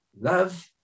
Love